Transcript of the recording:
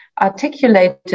articulated